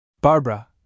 Barbara